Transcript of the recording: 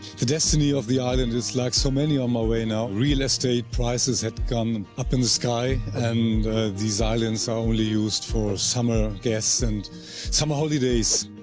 the destiny of the island is like so many on my way now, real estate prices had gone up in the sky and these islands are only used for summer guests and summer holidays.